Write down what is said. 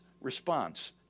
response